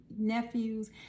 nephews